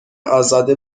ازاده